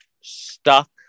stuck